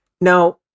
Now